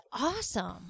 awesome